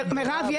מירב,